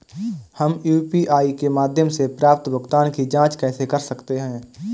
हम यू.पी.आई के माध्यम से प्राप्त भुगतान की जॉंच कैसे कर सकते हैं?